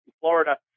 Florida